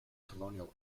colonial